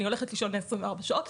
אני הולכת לישון ל-24 שעות,